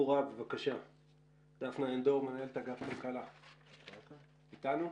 דפנה עין דור ממשרד הכלכלה, בבקשה.